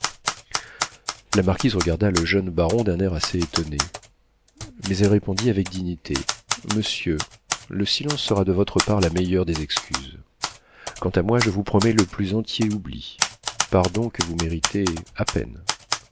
la marquise regarda le jeune baron d'un air assez étonné mais elle répondit avec dignité monsieur le silence sera de votre part la meilleure des excuses quant à moi je vous promets le plus entier oubli pardon que vous méritez à peine